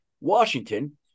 Washington